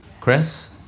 Chris